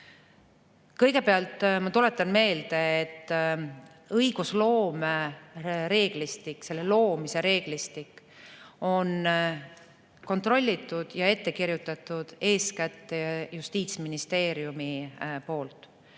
Kõigepealt ma tuletan meelde, et õigusloome reeglistik, selle loomise reeglistik, on kontrollitud ja ette kirjutatud eeskätt Justiitsministeeriumi poolt.